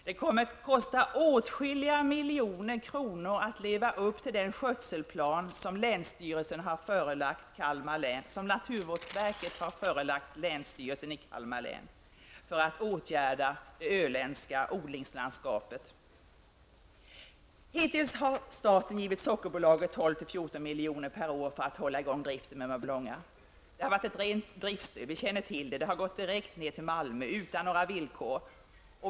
Det kommer att kosta åtskilliga miljoner kronor att leva upp till den skötselplan som naturvårdsverket har förelagt länsstyrelsen i Kalmar län för åtgärder i det öländska odlingslandskapet. Hittills har staten givit Sockerbolaget 12--14 milj.kr. per år för att hålla i gång driften vid Mörbylånga. Det har varit ett rent driftsstöd. Vi känner till det. Det har gått direkt ner till Malmö utan några villkor.